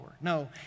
No